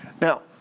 Now